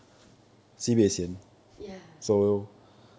ya